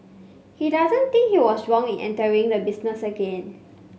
he doesn't think he was wrong in entering the business again